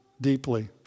deeply